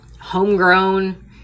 homegrown